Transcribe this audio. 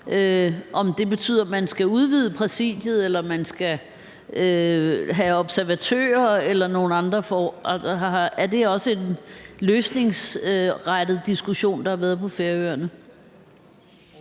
om det betyder, man skal udvide Præsidiet eller man skal have observatører eller andet? Er det også en løsningsrettet diskussion, der har været på Færøerne?